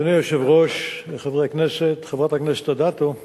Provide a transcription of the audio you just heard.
אדוני היושב-ראש, חברי הכנסת, חברת הכנסת אדטו,